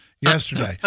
yesterday